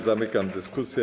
Zamykam dyskusję.